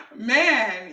Man